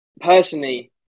personally